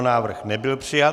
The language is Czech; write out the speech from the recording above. Návrh nebyl přijat.